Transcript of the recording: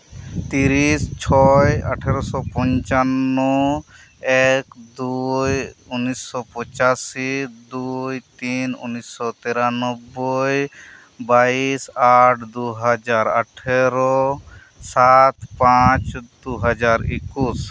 ᱛᱤᱨᱤᱥ ᱪᱷᱚᱭ ᱟᱴᱷᱮᱨᱚᱥᱚ ᱯᱚᱧᱪᱟᱱᱱᱚ ᱮᱠ ᱫᱩᱭ ᱩᱱᱱᱤᱥᱚ ᱯᱚᱪᱟᱥᱤ ᱫᱩᱭ ᱛᱤᱱ ᱩᱱᱱᱤᱥᱚ ᱛᱤᱨᱟ ᱱᱚᱵᱵᱚᱭ ᱵᱟᱭᱤᱥ ᱟᱴ ᱫᱩᱦᱟᱡᱟᱨ ᱟᱴᱷᱮᱨᱚ ᱥᱟᱛ ᱯᱟᱧ ᱫᱩ ᱦᱟᱡᱟᱨ ᱮᱠᱩᱥ